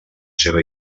seva